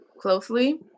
closely